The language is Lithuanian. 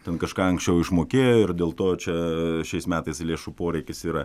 ten kažką anksčiau išmokėjo ir dėl to čia šiais metais lėšų poreikis yra